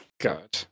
God